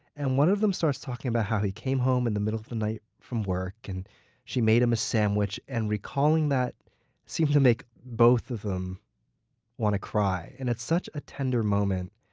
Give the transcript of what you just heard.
and one of them starts talking about how he came home in the middle of the night from work, and she made him a sandwich. and recalling that seemed to make both of them want to cry. and it's such a tender moment.